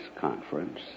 conference